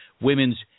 women's